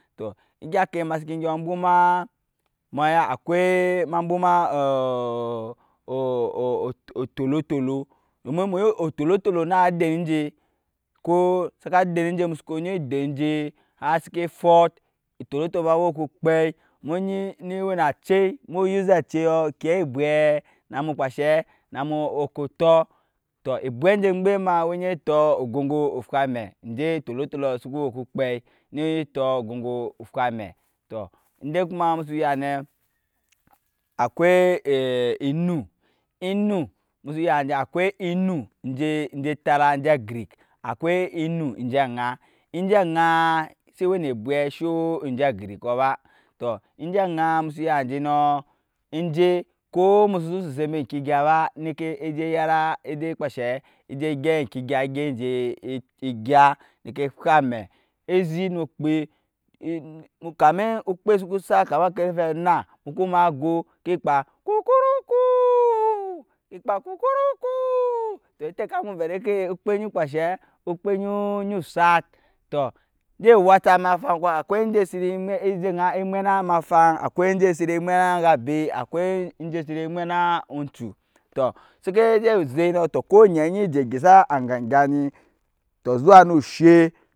Tɔ egya oŋke ema si gyɔ embwoma ma ya akwai emabwoma o tolotolo domi munyi o tolo tolo na den enje ke sa den je musu ku nyi den eje har seki efɔt otolo tolos owe oŋke okpɛi don eni ewe na cei mu using aceis kyee ebwee na mu kpaa enshɛɛ na mu ku tɔ tɔ ebwe enje emgbem ma onyi tɔk ogɔŋ ŋgɔ efwa amɛ ende otlolto suku owe ɔku kpei ne nyi tɔk oŋgɔ ŋgɔ ofwa amɛ to ende kuma musu ya ne akwai eeee enu innu musu ya nje akwai iinnu nje etara enje agerek akwai innu enjeaŋa enje aŋaa se we nu aŋaa musu ya enje nɔɔ enje ko musu si sese embe eŋke egya ba neke eje eyara eje kpaa ensheɛ eje gyep eŋke egya egeu enje egya neke efwa amɛ e zit nu okee kmi okpe suku sat kani a ke fe anna muku ma go oko koro okoo ekaa ko koro koooo tɔ o teka mu ovɛ endeke okpw nyu kpaa ensheɛ okpe onyu sat tɔ nje ewaca na afaŋkɔ akwai enje sene e zeŋa emwe na na afay akwai enje sese emwena eŋgabe akwai ende see emwena oncu to seke je esek ne tɔ ko onyɛ ni je egyesa aŋga engya ni tɔ zuwa nu oshee.